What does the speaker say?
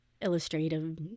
illustrative